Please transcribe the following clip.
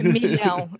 Milhão